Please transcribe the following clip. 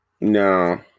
No